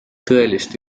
tõelist